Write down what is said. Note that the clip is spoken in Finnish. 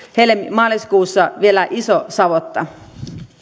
maaliskuussa vielä iso savotta